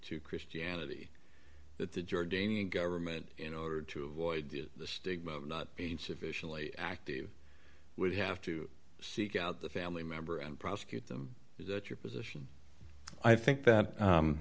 to christianity that the jordanian government in order to avoid the stigma of not being sufficiently active would have to seek out the family member and prosecute them is that your position i think that